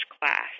class